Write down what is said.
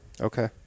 Okay